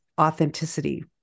authenticity